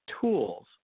tools